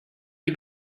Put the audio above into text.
die